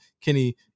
Kenny